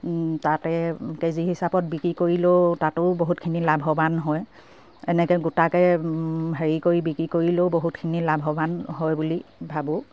তাতে কেজি হিচাপত বিক্ৰী কৰিলেও তাতো বহুতখিনি লাভৱান হয় এনেকে গোটাকে হেৰি কৰি বিক্ৰী কৰিলেও বহুতখিনি লাভবান হয় বুলি ভাবোঁ